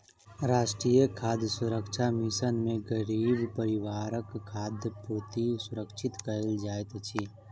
राष्ट्रीय खाद्य सुरक्षा मिशन में गरीब परिवारक खाद्य पूर्ति सुरक्षित कयल जाइत अछि